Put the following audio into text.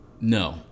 no